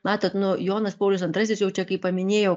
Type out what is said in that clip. matot nu jonas paulius antrasis jau čia kaip paminėjau